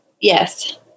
Yes